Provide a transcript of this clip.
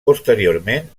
posteriorment